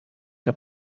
que